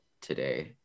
today